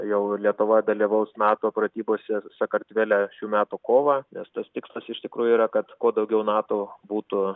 jau lietuva dalyvaus nato pratybose sakartvele šių metų kovą nes tas tikslas iš tikrųjų yra kad kuo daugiau nato būtų